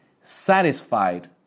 satisfied